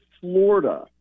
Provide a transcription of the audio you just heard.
Florida